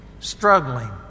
struggling